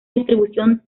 distribución